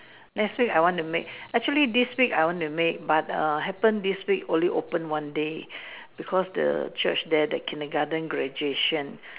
let's say I want to make actually this week I want to make but err happen this week only open one day because the Church there the kindergarten graduation